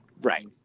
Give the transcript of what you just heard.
Right